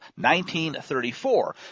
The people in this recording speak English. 1934